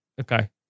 Okay